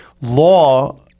law